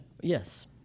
yes